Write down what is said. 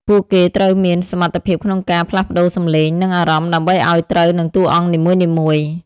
ពួកគេត្រូវមានសមត្ថភាពក្នុងការផ្លាស់ប្តូរសំឡេង និងអារម្មណ៍ដើម្បីឱ្យត្រូវនឹងតួអង្គនីមួយៗ។